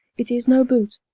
it is no boot,